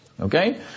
Okay